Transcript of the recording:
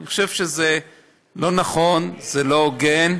אני חושב שזה לא נכון, זה לא הוגן,